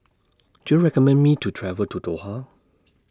Do YOU recommend Me to travel to Doha